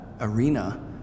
arena